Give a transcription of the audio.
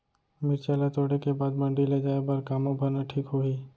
मिरचा ला तोड़े के बाद मंडी ले जाए बर का मा भरना ठीक होही?